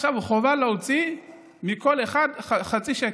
עכשיו חובה להוציא מכל אחד חצי שקל,